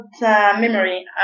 memory